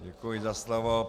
Děkuji za slovo.